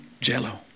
jello